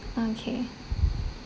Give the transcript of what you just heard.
okay